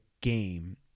game